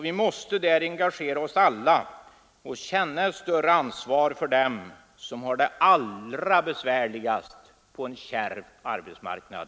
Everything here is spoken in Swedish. Vi måste alla engagera oss och känna ett större ansvar för dem som har det allra besvärligast på en kärv arbetsmarknad.